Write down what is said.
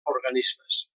organismes